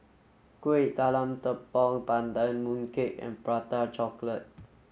Kuih Talam Tepong Pandan Mooncake and prata chocolate